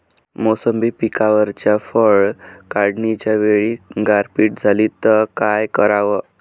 मोसंबी पिकावरच्या फळं काढनीच्या वेळी गारपीट झाली त काय कराव?